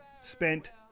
spent